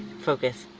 focus.